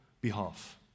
behalf